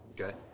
Okay